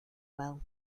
well